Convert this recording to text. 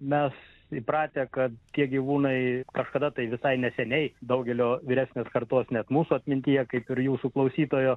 mes įpratę kad tie gyvūnai kažkada tai visai neseniai daugelio vyresnės kartos net mūsų atmintyje kaip ir jūsų klausytojo